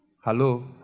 Hello